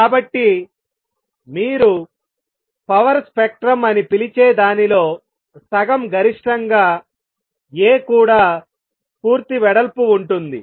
కాబట్టి మీరు power spectrum అని పిలిచే దానిలో సగం గరిష్టంగా A కూడా పూర్తి వెడల్పు ఉంటుంది